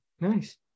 Nice